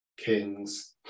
King's